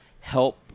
help